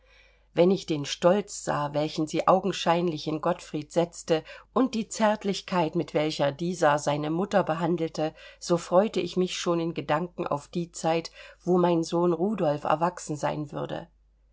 wenn ich den stolz sah welchen sie augenscheinlich in gottfried setzte und die zärtlichkeit mit welcher dieser seine mutter behandelte so freute ich mich schon in gedanken auf die zeit wo mein sohn rudolf erwachsen sein würde